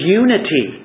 unity